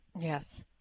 yes